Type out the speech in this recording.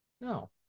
No